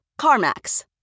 CarMax